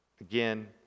Again